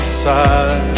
side